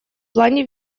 плане